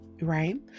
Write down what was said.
right